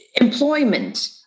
Employment